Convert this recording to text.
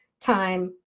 time